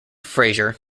fraser